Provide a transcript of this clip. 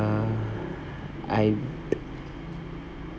I would